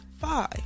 five